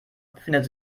befindet